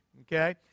okay